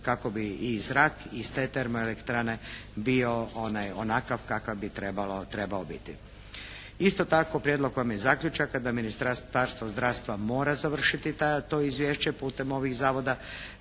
kako bi i zrak iz te termoelektrane bio onakav kakav bi trebao biti. Isto tako prijedlog vam je zaključaka da Ministarstvo zdravstva mora završiti ta, to izvješće putem ovih zakona